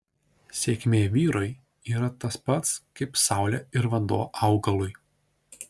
sėkmė vyrui yra tas pats kaip saulė ir vanduo augalui